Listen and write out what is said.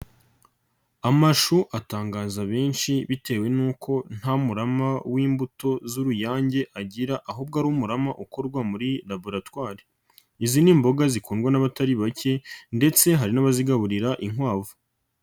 Amashu atangaza benshi bitewe n'uko nta murama w'imbuto z'uruyange agira ahubwo ari umurama ukorwa muri laboratwari, izi ni imboga zikundwa n'abatari bake ndetse hari n'abazigaburira inkwavu.